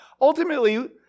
Ultimately